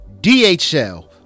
DHL